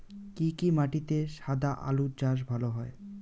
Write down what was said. কি কি মাটিতে সাদা আলু চাষ ভালো হয়?